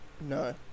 No